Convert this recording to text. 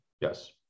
Yes